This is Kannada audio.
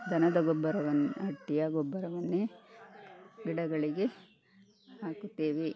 ದನದ ಗೊಬ್ಬರವನ್ನು ಹಟ್ಟಿಯ ಗೊಬ್ಬರವನ್ನೇ ಗಿಡಗಳಿಗೆ ಹಾಕುತ್ತೇವೆ